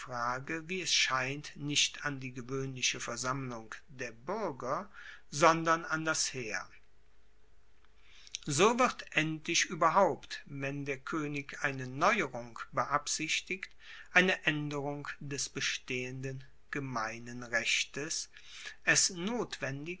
wie es scheint nicht an die gewoehnliche versammlung der buerger sondern an das heer so wird endlich ueberhaupt wenn der koenig eine neuerung beabsichtigt eine aenderung des bestehenden gemeinen rechtes es notwendig